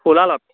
সোলালত